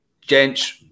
Gents